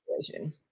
situation